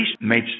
made